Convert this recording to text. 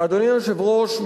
אדוני היושב-ראש,